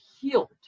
healed